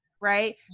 right